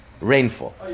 rainfall